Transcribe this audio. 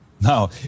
Now